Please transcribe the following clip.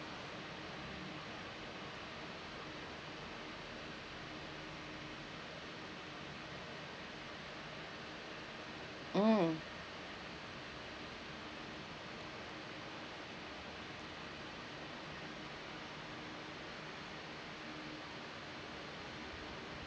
mm